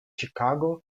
chicago